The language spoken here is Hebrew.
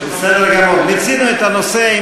בסדר גמור, מיצינו את הנושא.